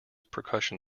percussion